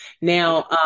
Now